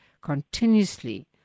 continuously